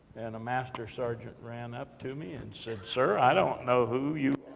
and master-sergeant ran up to me and said, sir, i don't know who you